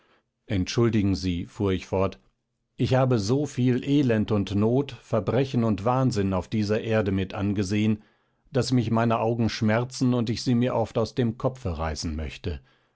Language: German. entschuldigen sie fuhr ich fort ich habe so viel elend und not verbrechen und wahnsinn auf dieser erde mit angesehen daß mich meine augen schmerzen und ich sie mir oft aus dem kopfe reißen möchte